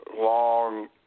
long